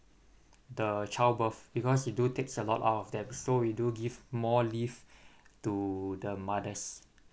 the child birth because it do takes a lot out of them so we do give more leave to the mothers